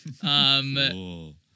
Cool